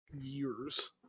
years